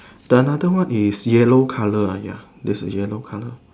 the another one is yellow colour ya there's a yellow colour